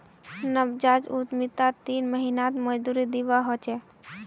नवजात उद्यमितात तीन महीनात मजदूरी दीवा ह छे